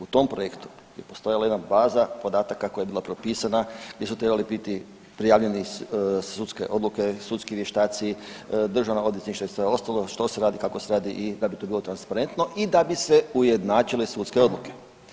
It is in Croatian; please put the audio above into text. U tom projektu je postojala jedna baza podataka koja je bila propisana gdje su trebali biti prijavljeni sudske odluke, sudski vještaci, državna odvjetništva i sve ostalo što se radi kako se radi i da bi to bilo transparentno i da bi se ujednačile sudske odluke.